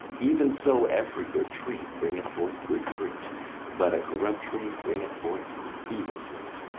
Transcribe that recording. even so every good tree bringeth forth good fruit but a corrupt tree bringeth forth evil fruit.